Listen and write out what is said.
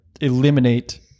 eliminate